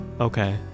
Okay